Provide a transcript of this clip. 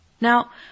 Now